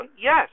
yes